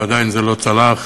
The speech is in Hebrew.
ועדיין זה לא צלח.